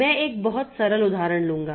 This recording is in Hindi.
मैं एक बहुत सरल उदाहरण लूंगा